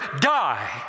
die